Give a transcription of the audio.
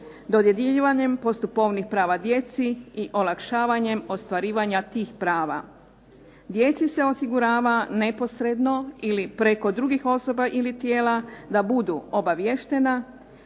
dodjeljivanjem postupovnih prava djeci i olakšavanjem ostvarivanja tih prava. Djeci se osigurava neposredno ili preko drugih osoba ili tijela da budu obaviještena